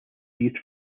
used